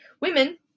women